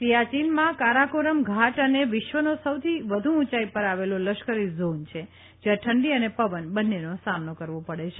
સીયાચીનમાં કારાકોરમ ઘાટ અને વિશ્વનો સૌથી વધુ ઉંચાઇ પર આવેલો લશ્કરી ઝોન છે જયાં ઠંડી અને પવન બંનેનો સામનો કરવો પડે છે